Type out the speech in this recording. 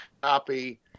copy